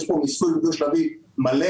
יש פה מיסוי דו שלבי מלא.